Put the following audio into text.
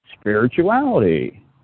spirituality